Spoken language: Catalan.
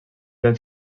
anys